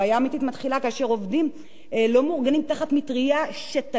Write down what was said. מאורגנים תחת מטרייה שתגן עליהם מרעם ביום בהיר.